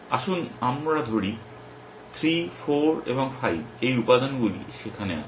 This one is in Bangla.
আসুন ধরি 3 4 এবং 5 এই উপাদানগুলি সেখানে আছে